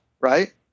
right